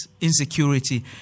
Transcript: insecurity